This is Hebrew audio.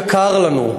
יקר לנו,